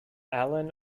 allen